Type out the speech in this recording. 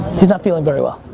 he's not feeling very well.